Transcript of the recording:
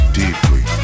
deeply